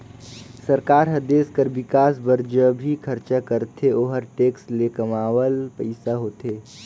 सरकार हर देस कर बिकास बर ज भी खरचा करथे ओहर टेक्स ले कमावल पइसा होथे